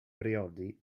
briodi